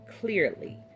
clearly